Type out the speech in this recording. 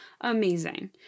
amazing